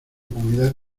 comunidad